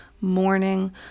morning